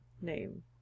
name